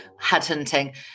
headhunting